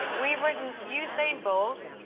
we've written, usain bolt.